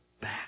back